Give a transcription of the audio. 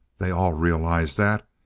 they all realized that.